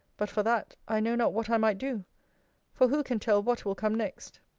but for that, i know not what i might do for who can tell what will come next?